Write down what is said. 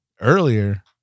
earlier